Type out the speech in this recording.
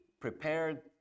prepared